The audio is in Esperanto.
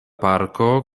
parko